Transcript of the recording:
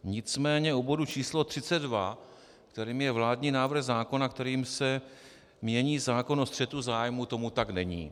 Nicméně u bodu číslo 32, kterým je vládní návrh zákona, kterým se mění zákon o střetu zájmů, tomu tak není.